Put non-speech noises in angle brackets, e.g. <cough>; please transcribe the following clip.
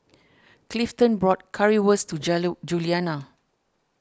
Clifton bought Currywurst to <unintelligible> Juliana